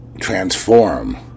transform